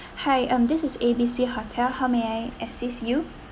hi um this is A_B_C hotel how may I assist you